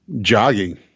jogging